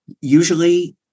Usually